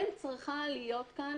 כן צריכה להיות כאן